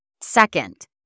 Second